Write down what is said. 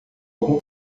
algum